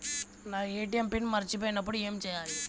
నా ATM pin మర్చిపోయినప్పుడు ఏమి చేయాలి?